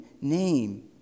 name